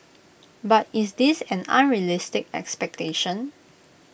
but is this an unrealistic expectation